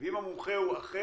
ואם המומחה הוא אחר,